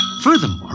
Furthermore